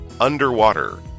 Underwater